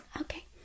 Okay